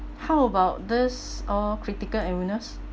how about this or critical illness